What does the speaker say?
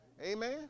Amen